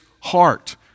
heart